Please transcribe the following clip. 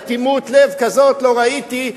אטימות לב כזאת לא ראיתי.